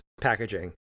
packaging